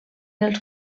els